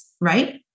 Right